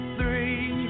three